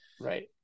Right